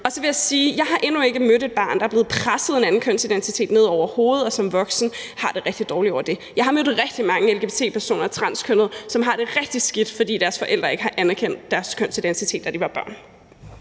Så vil jeg sige, at jeg endnu ikke har mødt et barn, som har fået presset en anden kønsidentitet ned over hovedet og som voksen har det rigtig dårligt over det. Jeg har mødt rigtig mange lgbt-personer og transkønnede, som har det rigtig skidt, fordi deres forældre ikke har anerkendt deres kønsidentitet, da de var børn.